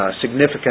significant